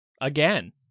again